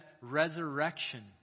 resurrection